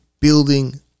building